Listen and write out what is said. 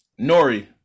Nori